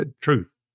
truth